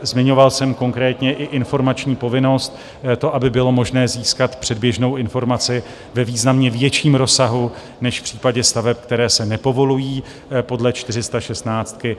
Zmiňoval jsem konkrétně i informační povinnost, to, aby bylo možné získat předběžnou informaci ve významně větším rozsahu než v případě staveb, které se nepovolují podle čtyřistašestnáctky.